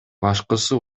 башкысы